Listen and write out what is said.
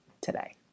today